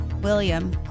William